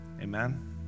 Amen